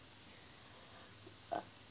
uh